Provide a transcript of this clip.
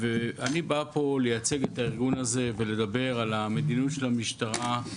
אני בא לייצג את הארגון הזה ולדבר על המדיניות של המשטרה.